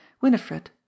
Winifred